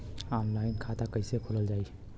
Online खाता कईसे खोलल जाई?